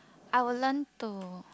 I will learn to